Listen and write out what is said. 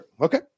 okay